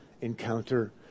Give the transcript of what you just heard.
encounter